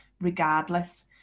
regardless